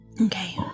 Okay